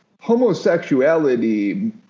homosexuality